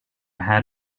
had